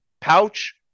Pouch